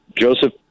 Joseph